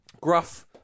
gruff